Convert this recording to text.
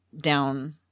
down